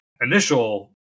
initial